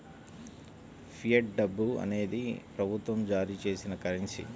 fiat డబ్బు అనేది ప్రభుత్వం జారీ చేసిన కరెన్సీ